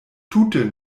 tute